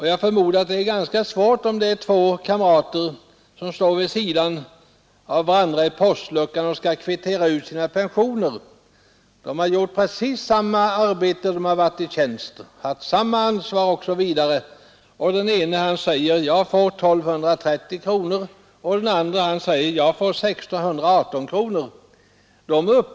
Jag förmodar att två kamrater som står vid sidan av varandra framför postluckan och kvitterar sina pensioner efter att tidigare ha gjort precis samma arbete i tjänsten, haft samma ansvar osv. upplever det som orättvist att den ene skall få 1 230 kronor och den andre 1 618 kronor.